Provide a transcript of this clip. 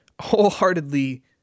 wholeheartedly